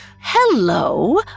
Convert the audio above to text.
Hello